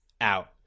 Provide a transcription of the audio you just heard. out